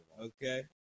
Okay